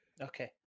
Okay